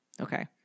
Okay